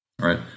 Right